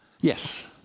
Yes